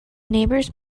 neighbors